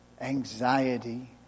anxiety